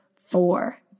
four